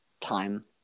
time